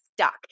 stuck